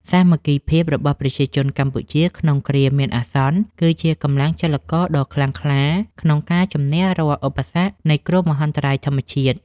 សាមគ្គីភាពរបស់ប្រជាជនកម្ពុជាក្នុងគ្រាមានអាសន្ន គឺជាកម្លាំងចលករដ៏ខ្លាំងក្លាក្នុងការជម្នះរាល់ឧបសគ្គនៃគ្រោះមហន្តរាយធម្មជាតិ។